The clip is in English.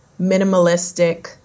minimalistic